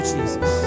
Jesus